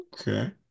Okay